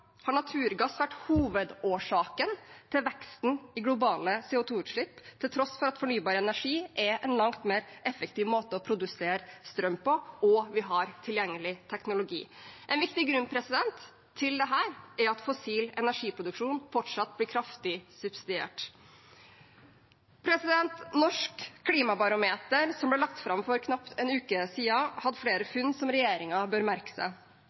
har naturgass vært hovedårsaken til veksten i globale CO 2 -utslipp, til tross for at fornybar energi er en langt mer effektiv måte å produsere strøm på og vi har tilgjengelig teknologi. En viktig grunn til dette er at fossil energiproduksjon fortsatt blir kraftig subsidiert. Norsk klimabarometer, som ble lagt fram for knapt en uke siden, hadde flere funn som regjeringen bør merke seg.